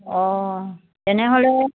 অঁ তেনেহ'লে